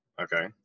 Okay